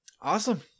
Awesome